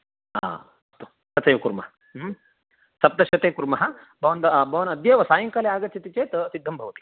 आ अस्तु तथैव कुर्मः सप्तशते कुर्मः भवान्त भवान् अद्यैव सायङ्काले आगच्छति चेत् सिद्धं भवति